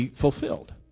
fulfilled